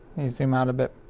me zoom out a bit.